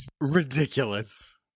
ridiculous